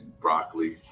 broccoli